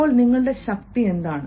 ഇപ്പോൾ നിങ്ങളുടെ ശക്തി എന്താണ്